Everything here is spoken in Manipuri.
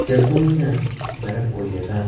ꯖꯒꯣꯏꯅ ꯃꯔꯝ ꯑꯣꯏꯔꯒ